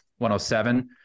107